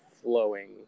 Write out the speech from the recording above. flowing